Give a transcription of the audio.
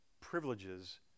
Privileges